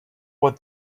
what